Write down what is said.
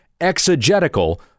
exegetical